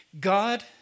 God